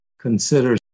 consider